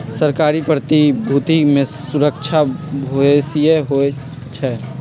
सरकारी प्रतिभूति में सूरक्षा बेशिए होइ छइ